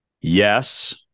Yes